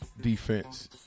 defense